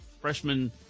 Freshman